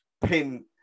pin